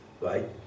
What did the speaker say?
right